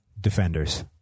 defenders